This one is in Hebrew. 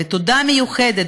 ותודה מיוחדת,